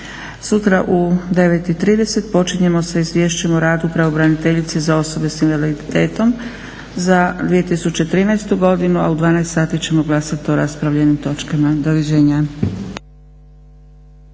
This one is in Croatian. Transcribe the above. Sutra u 9,30 počinjemo sa Izvješćem o radu pravobraniteljice za osobe sa invaliditetom za 2013. godinu a u 12 sati ćemo glasati o raspravljenim točkama. Doviđenja.